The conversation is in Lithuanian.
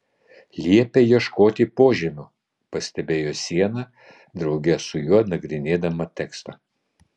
liepia ieškoti požemių pastebėjo siena drauge su juo nagrinėdama tekstą